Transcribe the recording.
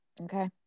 Okay